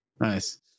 Nice